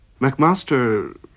McMaster